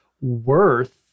worth